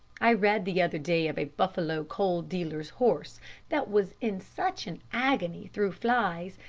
i read the other day of a buffalo coal dealer's horse that was in such an agony through flies,